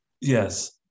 Yes